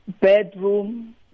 bedroom